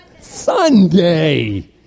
Sunday